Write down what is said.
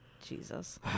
Jesus